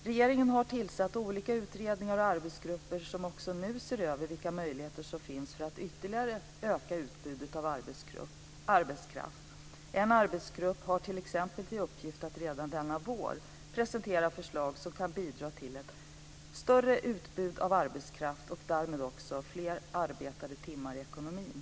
Regeringen har tillsatt olika utredningar och arbetsgrupper som för tillfället ser för över vilka möjligheter som finns för att ytterligare öka utbudet av arbetskraft. En arbetsgrupp har t.ex. till uppgift att under våren presentera förslag som kan bidra till ett ökat arbetskraftsutbud och därigenom också öka antalet arbetade timmar i ekonomin.